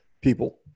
people